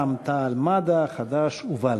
רע"ם-תע"ל-מד"ע, חד"ש ובל"ד.